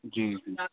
जी